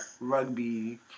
rugby